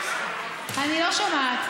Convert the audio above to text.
אני לא שומעת.